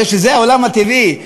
הרי שזה העולם הטבעי,